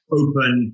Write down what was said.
open